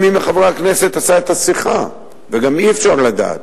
מי מחברי הכנסת עשה את השיחה וגם אי-אפשר לדעת.